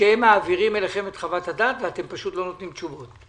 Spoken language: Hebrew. שהם מעבירים אליכם את חוות הדעת ואתם פשוט לא נותנים תשובות,